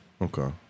Okay